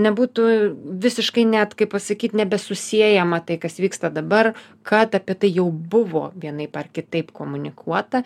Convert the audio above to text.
nebūtų visiškai net kaip pasakyt nebesusiejama tai kas vyksta dabar kad apie tai jau buvo vienaip ar kitaip komunikuota